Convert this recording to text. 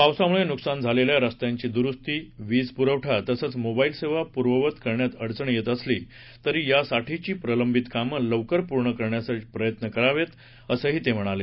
पावसामुळे नुकसान झालेल्या रस्त्यांची दुरुस्ती वीज पुरवठा तसंच मोबाईल सेवा पूर्ववत करण्यात अडचण येत असली तरी यासाठीची प्रलंबित कामं लवकर पूर्ण करण्यासाठी प्रयत्न करावेत असं ते म्हणाले